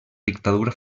dictadura